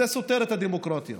זה סותר את הדמוקרטיה,